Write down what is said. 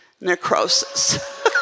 necrosis